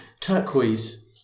turquoise